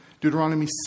Deuteronomy